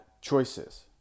choices